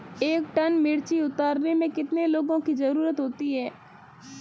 एक टन मिर्ची उतारने में कितने लोगों की ज़रुरत होती है?